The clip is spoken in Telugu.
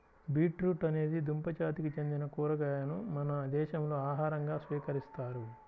బీట్రూట్ అనేది దుంప జాతికి చెందిన కూరగాయను మన దేశంలో ఆహారంగా స్వీకరిస్తారు